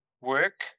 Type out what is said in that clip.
work